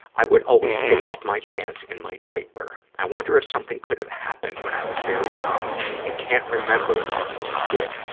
i would always take off my pants and my diaper. i wonder if something could have happened when i was very young and can't remember it,